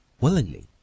Willingly